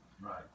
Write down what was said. Right